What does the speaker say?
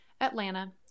Atlanta